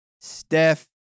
Steph